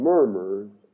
Murmurs